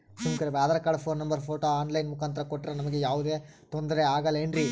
Aadhaar card, phone number, photo online ಮುಖಾಂತ್ರ ಕೊಟ್ರ ನಮಗೆ ಯಾವುದೇ ತೊಂದ್ರೆ ಆಗಲೇನ್ರಿ?